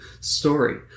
story